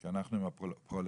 כי אנחנו עם הפרולטריון.